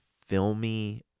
filmy